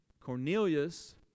Cornelius